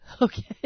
Okay